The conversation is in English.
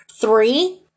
three